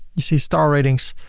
you see star ratings.